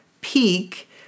peak